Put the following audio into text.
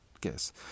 guess